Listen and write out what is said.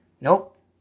Nope